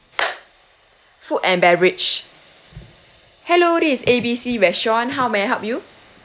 food and beverage hello is A_B_C restaurant how may I help you